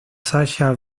sasha